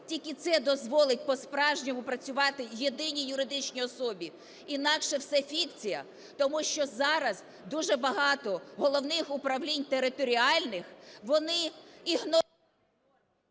Тільки це дозволить по-справжньому працювати єдиній юридичній особі, інакше все фікція, тому що зараз дуже багато головних управлінь територіальних вони ігнорують…